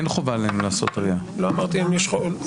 אין חובה עלינו לעשות RIA. לא אמרתי אם יש חובה.